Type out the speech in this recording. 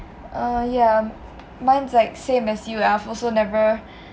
uh yeah mine's like like same as you I've also never